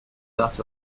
that